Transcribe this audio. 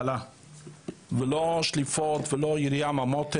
בהתחלה, לא על שליפות מהמותן.